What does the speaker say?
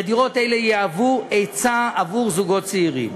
ודירות אלה יהוו היצע עבור זוגות צעירים.